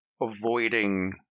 avoiding